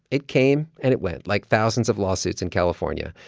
it came and it went like thousands of lawsuits in california.